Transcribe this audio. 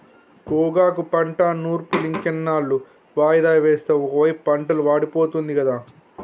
గోగాకు పంట నూర్పులింకెన్నాళ్ళు వాయిదా వేస్తావు ఒకైపు పంటలు వాడిపోతుంది గదా